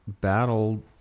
battle